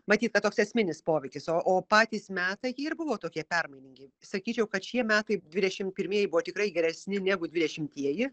matyt kad toks esminis poveikis o o patys meta jie ir buvo tokie permainingi sakyčiau kad šie metai dvidešim pirmieji buvo tikrai geresni negu dvidešimtieji